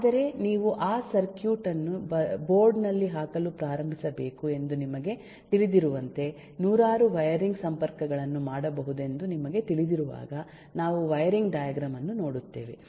ಆದರೆ ನೀವು ಆ ಸರ್ಕ್ಯೂಟ್ ಅನ್ನು ಬೋರ್ಡ್ ನಲ್ಲಿ ಹಾಕಲು ಪ್ರಾರಂಭಿಸಬೇಕು ಎಂದು ನಿಮಗೆ ತಿಳಿದಿರುವಂತೆ ನೂರಾರು ವೈರಿಂಗ್ ಸಂಪರ್ಕಗಳನ್ನು ಮಾಡಬಹುದೆಂದು ನಿಮಗೆ ತಿಳಿದಿರುವಾಗ ನಾವು ವೈರಿಂಗ್ ಡೈಗ್ರಾಮ್ ಅನ್ನು ನೋಡುತ್ತೇವೆ